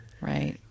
Right